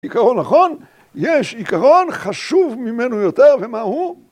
עיקרון נכון? יש עיקרון חשוב ממנו יותר ומה הוא?